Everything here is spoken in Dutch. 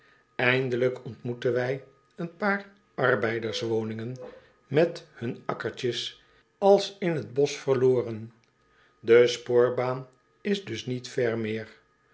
eindelijk ontmoeten wij een paar arbeiderswoningen met hun akkertjes als in het bosch verloren de spoorbaan is nu niet ver meer